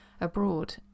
abroad